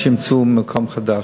עד שימצאו מקום חדש.